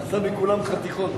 עשה מכולם חתיכות.